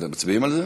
מצביעים על זה?